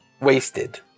wasted